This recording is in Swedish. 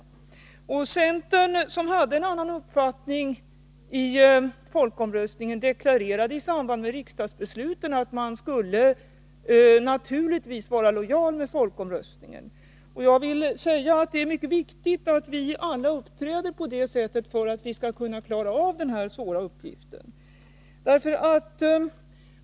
Centern, som hade en annan uppfattning i folkomröstningen, deklarerade i samband med riksdagsbeslutet att man naturligtvis skulle vara lojal med folkomröstningens resultat. Jag vill säga att det är mycket viktigt att vi alla uppträder på det sättet för att vi skall kunna lösa den här svåra uppgiften.